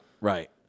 right